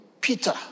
Peter